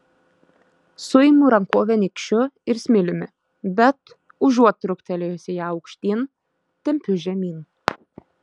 suimu rankovę nykščiu ir smiliumi bet užuot truktelėjusi ją aukštyn tempiu žemyn